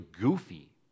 goofy